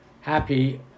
happy